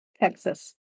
texas